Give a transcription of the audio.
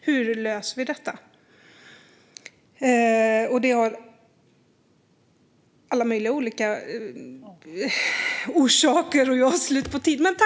Hur löser vi detta? Det finns alla möjliga orsaker, och nu är min talartid slut.